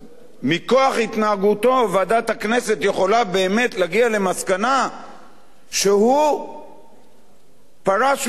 מכוח התנהגותו ועדת הכנסת יכולה באמת להגיע למסקנה שהוא פרש מסיעתו,